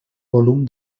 volum